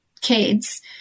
kids